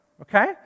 Okay